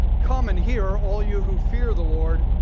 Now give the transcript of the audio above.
come and hear, all you who fear the lord,